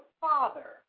father